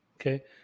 Okay